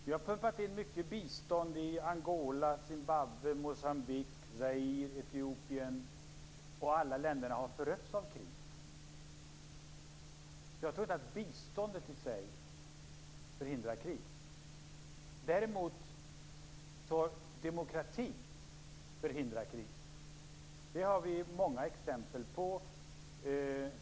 Vi har pumpat in mycket bistånd i Angola, Zimbabwe, Moçambique, Zaire, Etiopien och alla dessa länder har förötts av krig, så jag tror inte att biståndet i sig förhindrar krig. Däremot förhindras krig med demokrati. Det har vi sett många exempel på.